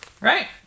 right